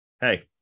hey